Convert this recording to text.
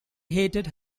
hated